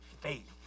faith